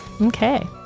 Okay